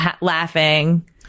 laughing